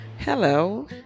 Hello